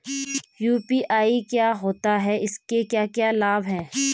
UPI क्या होता है इसके क्या क्या लाभ हैं?